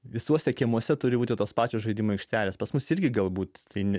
visuose kiemuose turi būti tos pačios žaidimų aikštelės pas mus irgi galbūt tai